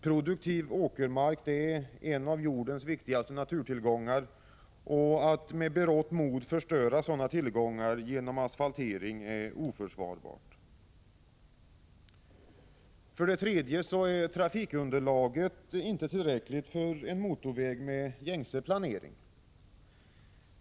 Produktiv åkermark är en av jordens viktigaste naturtillgångar. Att med berått mod förstöra sådana tillgångar genom asfaltering är oförsvarbart. 3. Trafikunderlaget är inte tillräckligt för en motorväg enligt gängse planeringsregler.